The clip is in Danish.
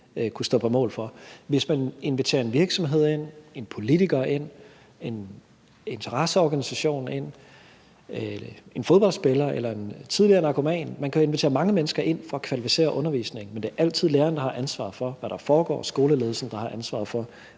kunne stå på mål for. Man kan invitere en virksomhed ind, en politiker ind, en interesseorganisation ind, en fodboldspiller ind eller en tidligere narkoman ind – man kan jo invitere mange mennesker ind for at kvalificere undervisningen – men det er altid læreren, der har ansvaret for, hvad der foregår, og skoleledelsen, der har ansvaret for,